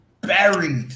buried –